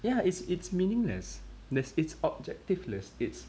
yeah it's it's meaningless like it's objectiveless it's